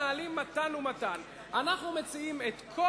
אנחנו מנהלים מתן ומתן ואנחנו מציעים את כל